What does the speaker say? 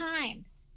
times